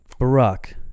Barack